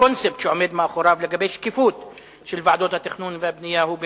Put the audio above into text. הקונספט שעומד מאחוריו לגבי שקיפות של ועדות התכנון והבנייה הוא במקומו.